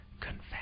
confess